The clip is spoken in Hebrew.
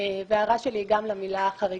וההערה שלי היא גם למילה 'חריגות',